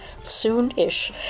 Soonish